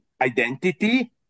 identity